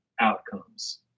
outcomes